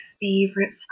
favorite